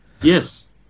Yes